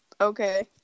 okay